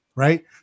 Right